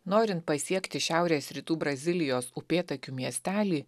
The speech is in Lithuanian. norint pasiekti šiaurės rytų brazilijos upėtakių miestelį